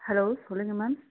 hello சொல்லுங்கள் ma'am